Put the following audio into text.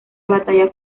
batalla